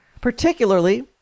particularly